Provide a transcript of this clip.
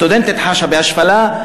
הסטודנטית חשה השפלה,